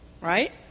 right